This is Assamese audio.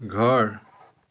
ঘৰ